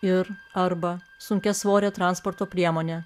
ir arba sunkiasvore transporto priemone